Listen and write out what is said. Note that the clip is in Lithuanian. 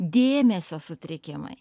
dėmesio sutrikimai